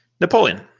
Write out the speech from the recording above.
Napoleon